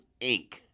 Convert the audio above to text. Inc